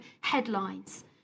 headlines